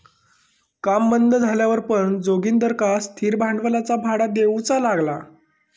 काम बंद झाल्यावर पण जोगिंदरका स्थिर भांडवलाचा भाडा देऊचा लागला